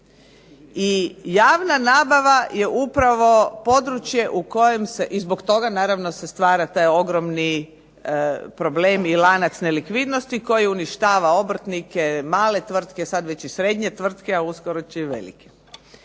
I javna nabava je upravo područje u kojem se, i zbog toga naravno se stvara taj ogromni problem i lanac nelikvidnosti koji uništava obrtnike, male tvrtke, sad već i srednje tvrtke, a uskoro će i velike.